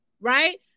right